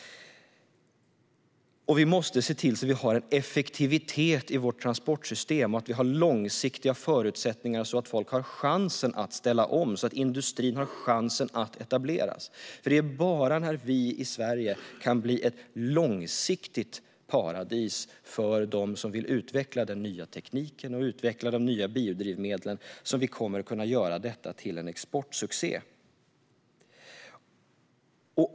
Vi måste se till att vi har effektivitet i vårt transportsystem och långsiktiga förutsättningar, så att folk har chansen att ställa om och industrin har chansen att etableras. Det är bara om vi i Sverige kan bli ett långsiktigt paradis för dem som vill utveckla den nya tekniken och de nya biodrivmedlen som vi kommer att kunna göra detta till en exportsuccé.